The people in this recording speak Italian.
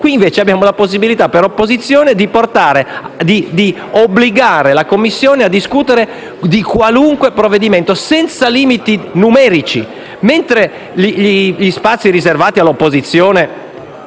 Vi è quindi la possibilità, per l'opposizione, di obbligare la Commissione a discutere di qualunque provvedimento, senza limiti numerici. Mentre gli spazi riservati all'opposizione